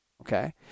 okay